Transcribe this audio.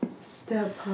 Step